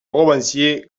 romancier